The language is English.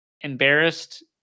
embarrassed